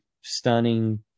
stunning –